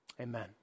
Amen